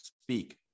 speak